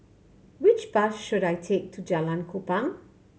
which bus should I take to Jalan Kupang